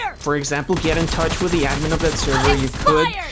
for example, get in touch with the admin of that server, you could,